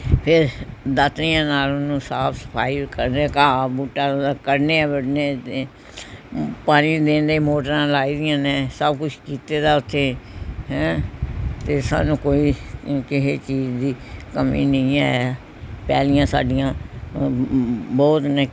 ਫਿਰ ਦਾਤਰੀਆਂ ਨਾਲ ਉਹਨੂੰ ਸਾਫ਼ ਸਫਾਈ ਕਰ ਕਦੇ ਘਾਹ ਬੂਟਾ ਕੱਢਦੇ ਹਾਂ ਅਤੇ ਪਾਣੀ ਦੇਣ ਲਈ ਮੋਟਰਾਂ ਲਾਈ ਦੀਆਂ ਨੇ ਸਭ ਕੁਛ ਕੀਤੇ ਦਾ ਉੱਥੇ ਹੈ ਅਤੇ ਸਾਨੂੰ ਕੋਈ ਅ ਕਿਸੇ ਚੀਜ਼ ਦੀ ਕਮੀ ਨਹੀਂ ਹੈ ਪੈਲੀਆਂ ਸਾਡੀਆਂ ਬਹੁਤ ਨੇ